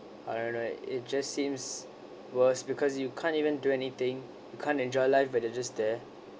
I don't know it just seems worse because you can't even do anything you can't enjoy life but you just there